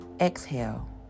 exhale